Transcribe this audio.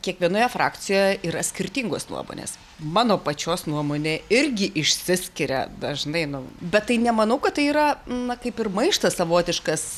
kiekvienoje frakcijoje yra skirtingos nuomonės mano pačios nuomonė irgi išsiskiria dažnai nu bet tai nemanau kad tai yra na kaip ir maištas savotiškas